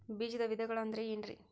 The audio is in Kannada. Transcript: ಬೇಜದ ವಿಧಗಳು ಅಂದ್ರೆ ಏನ್ರಿ?